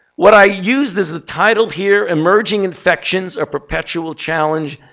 what i use this ah title here, emerging infections a perpetual challenge,